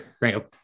Right